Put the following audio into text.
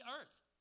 earth